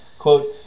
Quote